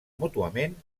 mútuament